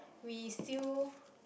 we still